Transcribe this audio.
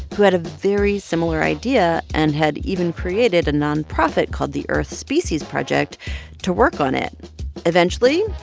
who had a very similar idea and had even created a nonprofit called the earth species project to work on it eventually,